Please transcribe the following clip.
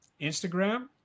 Instagram